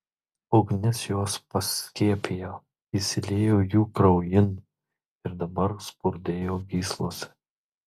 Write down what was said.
ugnis juos paskiepijo įsiliejo jų kraujin ir dabar spurdėjo gyslose